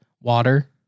water